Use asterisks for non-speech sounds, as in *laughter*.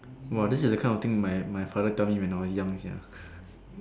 whoa this is the kind of thing my my father tell me when I was young sia *breath*